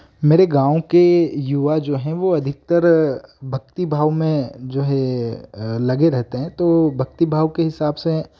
मेरे गाँव के युवा जो हैं वह अधिकतर भक्तिभाव में जो है लगे रहते हैं तो भक्तिभाव के हिसाब से